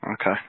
okay